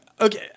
Okay